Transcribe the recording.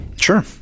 Sure